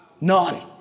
None